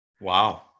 Wow